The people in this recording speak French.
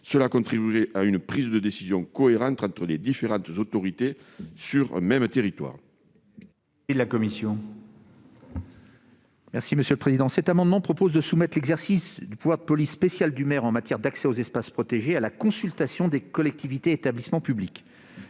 Cela contribuerait à une prise de décision cohérente entre les différentes autorités sur un territoire. Quel est l'avis de la commission ? Cet amendement tend à soumettre l'exercice du pouvoir de police spéciale du maire en matière d'accès aux espaces protégés à la consultation des collectivités et établissements publics.